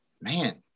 man